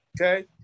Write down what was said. Okay